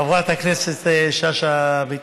חברת הכנסת שאשא ביטון,